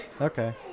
okay